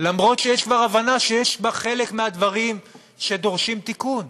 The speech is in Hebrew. אף שכבר יש הבנה שחלק מהדברים בה דורשים תיקון.